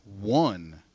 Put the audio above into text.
one